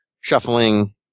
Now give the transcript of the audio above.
shuffling